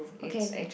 okay okay